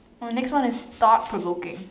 oh next one is thought provoking